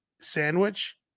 sandwich